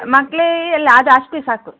ಮಕ್ಳು ಇಲ್ಲ ಅದು ಅಷ್ಟೇ ಸಾಕು